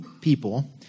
people